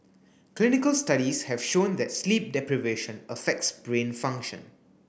clinical studies have shown that sleep deprivation affects brain function